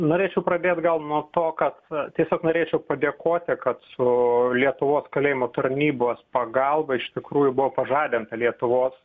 norėčiau pradėt gal nuo to kad tiesiog norėčiau padėkoti kad su lietuvos kalėjimų tarnybos pagalba iš tikrųjų buvo pažadinta lietuvos